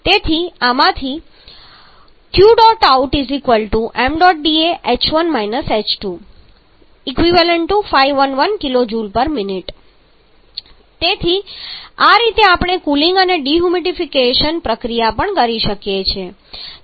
તેથી આમાંથી Q̇out ṁda h1 − h2 511 kJmin તેથી આ રીતે આપણે કુલિંગ અને ડિહ્યુમિડીફિકેશન પ્રક્રિયા પણ કરી શકીએ છીએ